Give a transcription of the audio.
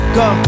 go